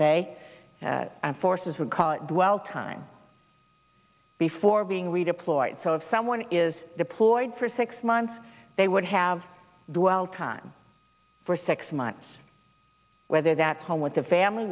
say forces would call it dwell time before being redeployed so if someone is deployed for six months they would have dwell time for six months whether that's home with the family